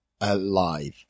alive